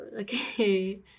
Okay